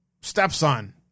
stepson